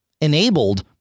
enabled